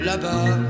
Là-bas